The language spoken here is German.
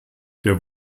der